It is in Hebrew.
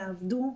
יעבדו,